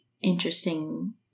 interesting